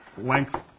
length